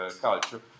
culture